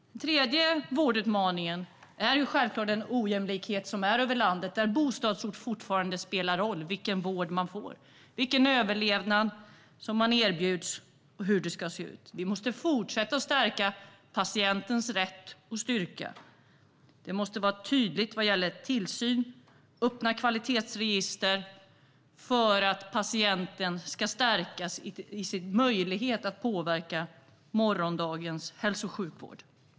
Den tredje vårdutmaningen är självklart den ojämlikhet som finns över landet, där bostadsort fortfarande spelar roll för vilken vård man får, vilken överlevnad som man erbjuds och hur det ska se ut. Vi måste fortsätta att stärka patientens rätt och styrka. Det måste vara tydligt när det gäller tillsyn och öppna kvalitetsregister för att patienten ska stärkas i fråga om sin möjlighet att påverka morgondagens hälso och sjukvård.